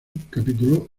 capítulo